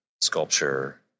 sculpture